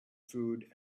food